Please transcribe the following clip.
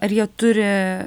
ar jie turi